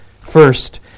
first